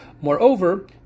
Moreover